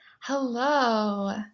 Hello